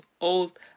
old